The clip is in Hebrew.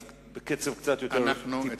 אז בבקשה בקצב קצת יותר אטי.